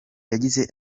yagize